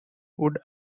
would